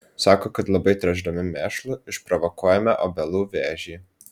sako kad labai tręšdami mėšlu išprovokuojame obelų vėžį